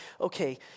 okay